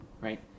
right